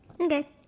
Okay